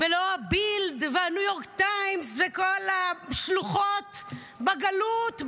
לא הבילד והניו יורק טיימס וכל השלוחות בגלות,